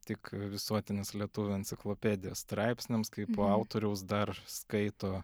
tik visuotinės lietuvių enciklopedijos straipsniams kai po autoriaus dar skaito